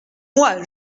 moi